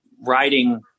writing